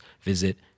visit